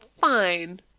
fine